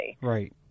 Right